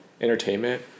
entertainment